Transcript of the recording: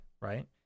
right